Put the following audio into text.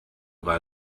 war